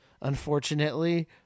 unfortunately